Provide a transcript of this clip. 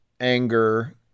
anger